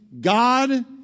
God